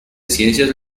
ciencias